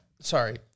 sorry